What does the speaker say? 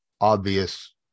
obvious